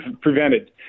prevented